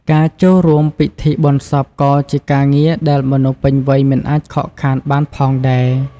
ការចូលរួមពិធីបុណ្យសពក៏ជាការងារដែលមនុស្សពេញវ័យមិនអាចខកខានបានផងដែរ។